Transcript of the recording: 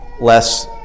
less